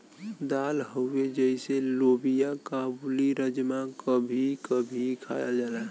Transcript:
दाल हउवे जइसे लोबिआ काबुली, राजमा कभी कभी खायल जाला